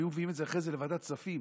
היו מביאים את זה אחרי זה לוועדת כספים: